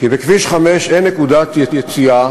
כי בכביש 5 אין נקודת יציאה